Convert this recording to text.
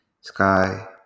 Sky